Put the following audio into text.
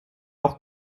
auch